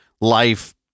life